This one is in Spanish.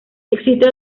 existe